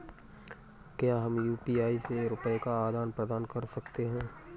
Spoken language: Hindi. क्या हम यू.पी.आई से रुपये का आदान प्रदान कर सकते हैं?